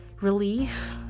relief